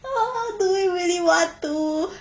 ah do we really want to